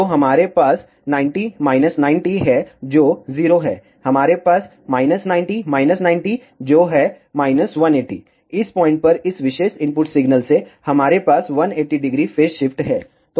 तो हमारे पास 90 90 है जो 0 है हमारे पास है 90 90 जो है 180 इस पॉइंट पर इस विशेष इनपुट सिग्नल से हमारे पास 180° फेज शिफ्ट है